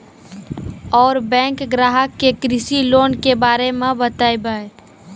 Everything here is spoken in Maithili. और बैंक ग्राहक के कृषि लोन के बारे मे बातेबे?